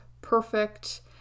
perfect